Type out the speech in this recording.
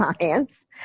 science